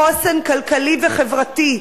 חוסן כלכלי וחברתי.